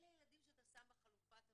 אלה הילדים שאתה שם בחלופת המעצר.